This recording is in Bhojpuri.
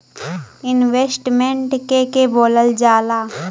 इन्वेस्टमेंट के के बोलल जा ला?